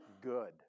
good